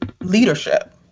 leadership